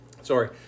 sorry